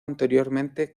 anteriormente